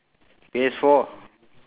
P_S four